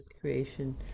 creation